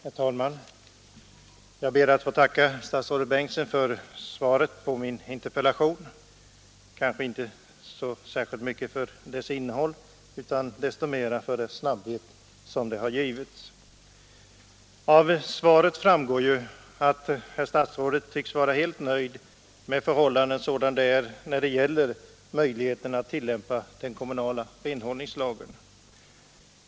Herr talman! Jag ber att få tacka statsrådet Bengtsson för svaret på min interpellation, kanske inte så mycket för svarets innehåll utan mer för den snabbhet med vilken det har givits. Av svaret framgår att statsrådet tycks vara helt nöjd med förhållandena sådana de är när det gäller möjligheterna att tillämpa den kommunala renhållningslagen.